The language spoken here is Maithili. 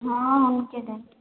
हँ हुनके देबै